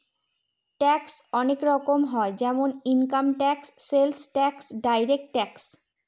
tax অনেক রকম হয় যেমন income tax, sales tax, direct tax